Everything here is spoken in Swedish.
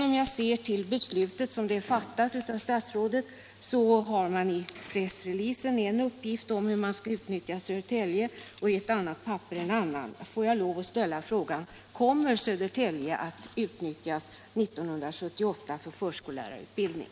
Om jag ser till beslutet som det är fattat av statsrådet, så har man i pressreleasen en uppgift om hur man skall utnyttja Södertälje och i ett annat papper en annan uppgift. Får jag lov att ställa frågan: Kommer Södertälje att utnyttjas 1978 för förskollärarutbildning?